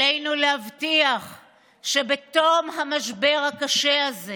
עלינו להבטיח שבתום המשבר הקשה הזה